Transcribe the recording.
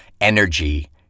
energy